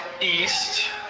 east